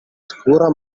scura